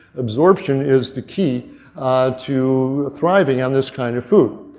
absorption is the key to thriving on this kind of food.